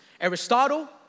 Aristotle